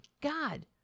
God